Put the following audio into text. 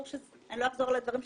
אני לא אחזור על הדברים,